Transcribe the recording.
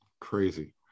Crazy